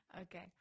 Okay